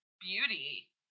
beauty